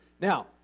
Now